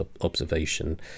observation